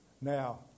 Now